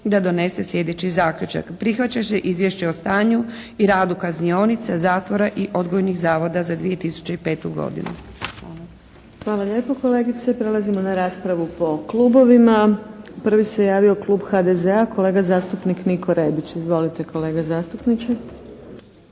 da donese sljedeće zaključak. Prihvaća se Izvješće o stanju i radu kaznionica, zatvora i odgojnih zavoda za 2005. godinu. Hvala. **Pusić, Vesna (HNS)** Hvala lijepo kolegice. Prelazimo na raspravu po klubovima. Prvi se javio klub HDZ-a, kolega zastupnik Niko Rebić. Izvolite kolega zastupniče.